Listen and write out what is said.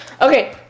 okay